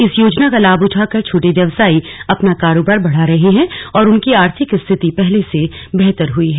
इस योजना का लाभ उठाकर छोटे व्यवसायी अपना कारोबार बढ़ा रहे हैं और उनकी आर्थिक स्थिति पहले से बेहतर हुई है